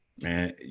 man